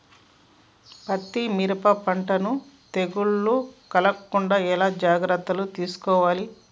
పత్తి మిరప పంటలను తెగులు కలగకుండా ఎలా జాగ్రత్తలు తీసుకోవాలి?